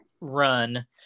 run